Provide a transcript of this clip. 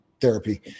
therapy